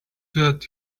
that